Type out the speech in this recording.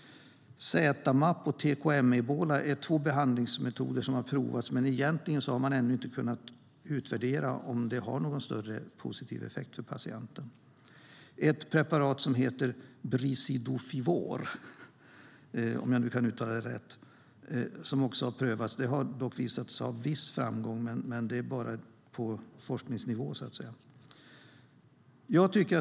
ZMapp och TKM-Ebola är två behandlingsmetoder som har prövats, men egentligen har man ännu inte kunnat utvärdera om de har någon större positiv effekt för patienterna. Ett preparat som heter Brincidofovir har också prövats. Det har visat sig ha viss framgång, men det är bara på forskningsnivå.